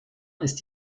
ist